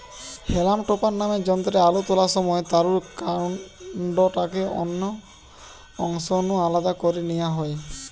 হেলাম topper নামের যন্ত্রে আলু তোলার সময় তারুর কান্ডটাকে অন্য অংশ নু আলদা করি নিয়া হয়